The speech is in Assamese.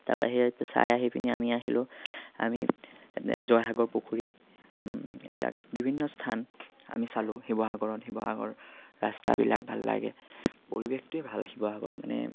তাৰপৰা সেই চাই আহি পিনি আমি আহিলোঁ আমি জয়সাগৰ পুখুৰী এইবিলাক বিভিন্ন স্থান আমি চালোঁ শিৱসাগৰত শিৱসাগৰ ৰাস্তাবিলাক ভাল লাগে পৰিৱেশটোৱে ভাল শিৱসাগৰৰ মানে